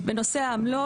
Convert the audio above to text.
-- בנושא העמלות.